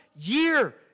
year